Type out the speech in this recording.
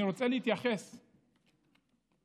שאני רוצה להתייחס אליו,